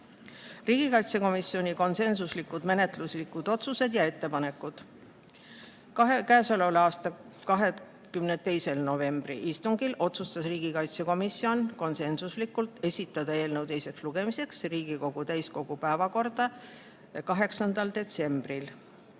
julgeolekuga. Riigikaitsekomisjoni konsensuslikud menetluslikud otsused ja ettepanekud. Oma 22. novembri istungil otsustas riigikaitsekomisjon konsensuslikult esitada eelnõu teiseks lugemiseks Riigikogu täiskogu päevakorda tänaseks, 8.